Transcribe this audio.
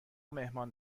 مهمان